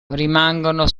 rimangono